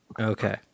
Okay